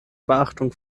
beachtung